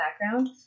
background